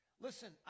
Listen